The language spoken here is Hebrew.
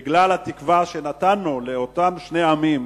זה בגלל התקווה שנתנו לאותם שני עמים,